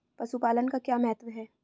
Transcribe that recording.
पशुपालन का क्या महत्व है?